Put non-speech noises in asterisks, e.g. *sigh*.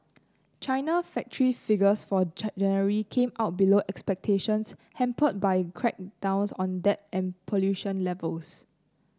China factory figures for *unintelligible* January came out below expectations hampered by crackdowns on debt and pollution levels